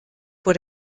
vor